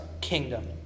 kingdom